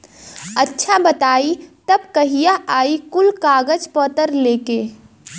अच्छा बताई तब कहिया आई कुल कागज पतर लेके?